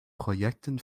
projekten